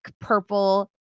purple